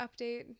update